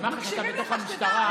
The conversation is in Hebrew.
כשמח"ש הייתה בתוך המשטרה,